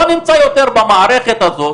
לא נמצא יותר במערכת הזאת